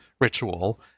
ritual